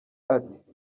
ati